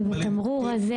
בתמרור הזה,